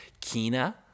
kina